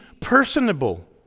personable